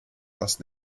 aus